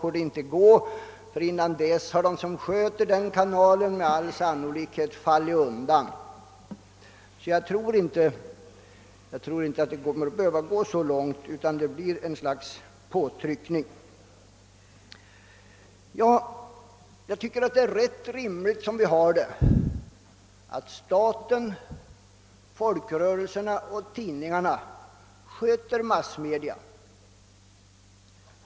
Jag tycker att det är rätt rimligt som vi nu har det ordnat, att staten, folkrörelserna och tidningarna sköter massmedia och det även sedan vi fått den andra TV-kanalen.